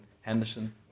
Henderson